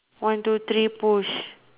one two three push